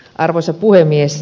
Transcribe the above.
arvoisa puhemies